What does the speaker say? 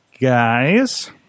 guys